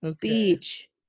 Beach